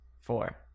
Four